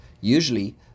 Usually